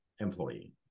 employee